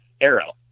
arrow